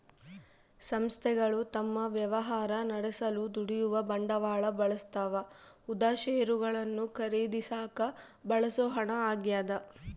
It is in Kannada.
ಸಂಸ್ಥೆಗಳು ತಮ್ಮ ವ್ಯವಹಾರ ನಡೆಸಲು ದುಡಿಯುವ ಬಂಡವಾಳ ಬಳಸ್ತವ ಉದಾ ಷೇರುಗಳನ್ನು ಖರೀದಿಸಾಕ ಬಳಸೋ ಹಣ ಆಗ್ಯದ